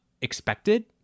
expected